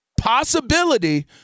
possibility